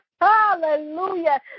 Hallelujah